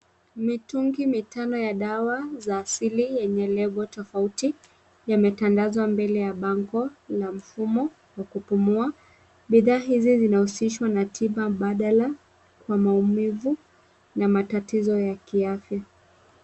Mitungi mitano ya dawa za asili yenye lebo tofauti yametandazwa mbele ya bango la mfumo wa kupumua, bidhaa hizi zinahusishwa na tiba mbadala kwa maumivu na matatizo ya kiafya.